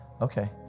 Okay